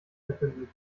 verkünden